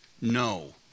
No